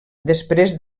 després